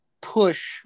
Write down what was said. push